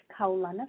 Kaulana